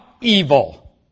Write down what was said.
evil